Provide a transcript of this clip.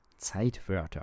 Zeitwörter